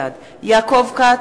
בעד יעקב כץ,